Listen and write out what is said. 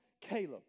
Caleb